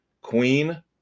Queen